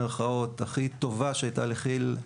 הכי טובה שהייתה לכי"ל,